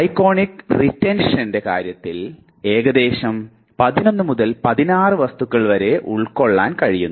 iconic റിറ്റെൻഷൻറെ കാര്യത്തിൽ ഏകദേശം 11 മുതൽ 16 വസ്തുക്കൾ വരെ ഉൾക്കൊള്ളാൻ കഴിയുന്നു